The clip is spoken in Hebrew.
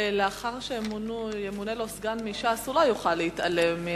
לאחר שימונה לו סגן מש"ס הוא לא יוכל להתעלם.